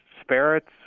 spirits